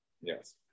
yes